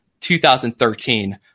2013